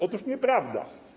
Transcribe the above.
Otóż nieprawda.